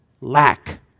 lack